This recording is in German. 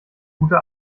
gute